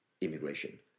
immigration